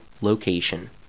location